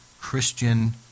Christian